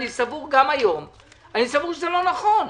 אני סבור גם היום שזה לא נכון.